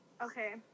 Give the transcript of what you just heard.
Okay